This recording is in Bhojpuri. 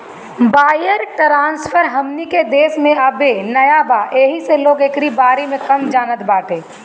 वायर ट्रांसफर हमनी के देश में अबे नया बा येही से लोग एकरी बारे में कम जानत बाटे